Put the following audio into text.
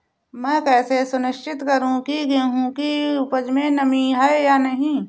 मैं कैसे सुनिश्चित करूँ की गेहूँ की उपज में नमी है या नहीं?